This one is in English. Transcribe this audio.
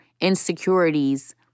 insecurities